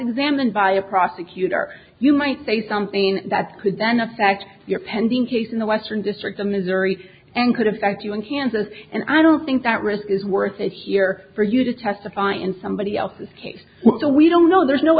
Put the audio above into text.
examined by a prosecutor you might say something that could then affect your pending case in the western district in missouri and could affect you in kansas and i don't think that risk is worth it here for you to testify in somebody else's case so we don't know there's no